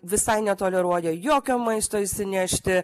visai netoleruoja jokio maisto išsinešti